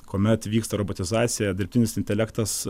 kuomet vyksta robotizacija dirbtinis intelektas